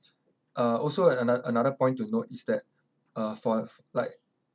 uh also and ano~ another point to note is that uh for f~ like